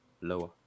lower